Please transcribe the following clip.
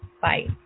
Bye